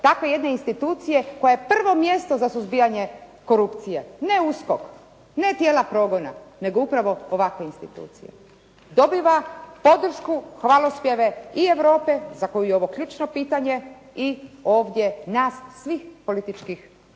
takve jedne institucije koja je prvo mjesto za suzbijanje korupcije. Ne USKOK, ne tijela progona, nego upravo ovakve institucije. Dobiva podršku, hvalospjeve i Europe za koju je ovo ključno pitanje i ovdje nas svih političkih